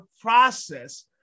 process